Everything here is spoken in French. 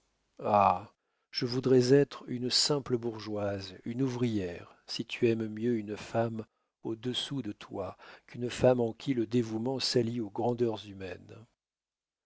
ah je voudrais être une simple bourgeoise une ouvrière si tu aimes mieux une femme au-dessous de toi qu'une femme en qui le dévouement s'allie aux grandeurs humaines